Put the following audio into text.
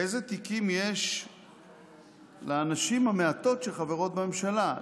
איזה תיקים יש לנשים המעטות שחברות בממשלה?